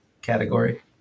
category